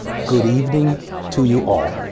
good evening to you all.